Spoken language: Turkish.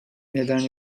neden